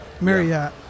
Marriott